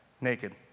naked